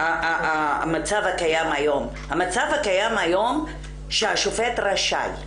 המצב הקיים היום הוא שהשופט רשאי,